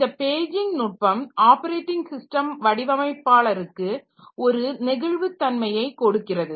இந்த பேஜிங் நுட்பம் operating system வடிவமைப்பாளருக்கு ஒரு நெகிழ்வு தன்மையை கொடுக்கிறது